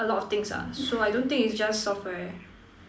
a lot of things ah so I don't think is just software